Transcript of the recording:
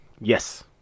yes